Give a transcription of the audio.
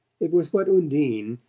it was what undine,